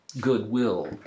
goodwill